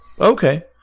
okay